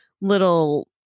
little